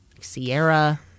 Sierra